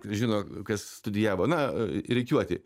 žino kas studijavo na rikiuotėj